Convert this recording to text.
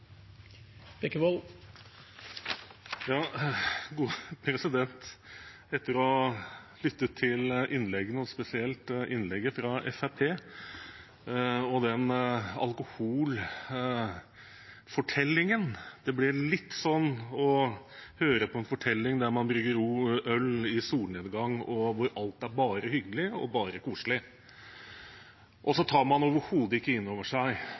til innleggene, og spesielt innlegget fra Fremskrittspartiet og den alkoholfortellingen, og det er litt som å høre på en fortelling om å brygge øl i solnedgang, der alt er bare hyggelig og bare koselig. Man tar overhodet ikke inn over seg